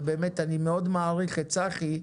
ובאמת אני מאוד מעריך את צחי,